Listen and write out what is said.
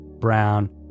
Brown